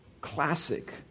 classic